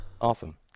Awesome